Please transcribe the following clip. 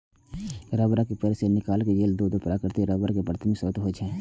रबड़क पेड़ सं निकालल गेल दूध प्राकृतिक रबड़ के प्राथमिक स्रोत होइ छै